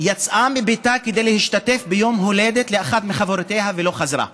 יצאה מביתה כדי להשתתף ביום הולדת לאחת מחברותיה ולא חזרה.